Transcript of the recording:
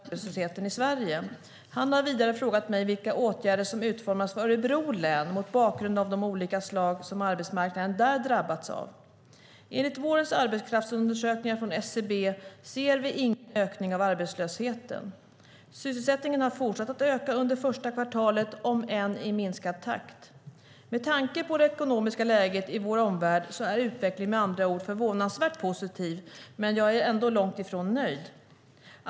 Herr talman! Håkan Bergman har frågat mig vilka insatser jag och regeringen gör för att möta den växande arbetslösheten i Sverige. Han har vidare frågat mig vilka åtgärder som utformas för Örebro län mot bakgrund av de olika slag som arbetsmarknaden där drabbats av. Enligt vårens arbetskraftsundersökningar från SCB ser vi ingen ökning av arbetslösheten. Sysselsättningen har fortsatt att öka under första kvartalet, om än i minskad takt. Med tanke på det ekonomiska läget i vår omvärld är utvecklingen med andra ord förvånansvärt positiv, men jag är långt ifrån nöjd.